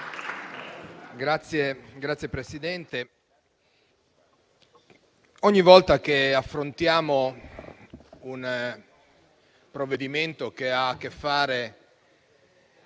Signor Presidente, ogni volta che affrontiamo un provvedimento che ha a che fare